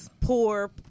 poor